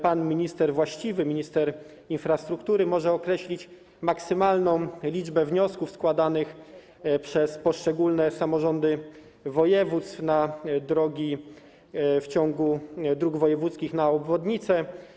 Pan minister właściwy, minister infrastruktury, może określić maksymalną liczbę wniosków składanych przez poszczególne samorządy województw dotyczących dróg w ciągu dróg wojewódzkich i obwodnic.